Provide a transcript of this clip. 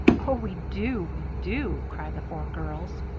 oh, we do, we do! cried the four girls.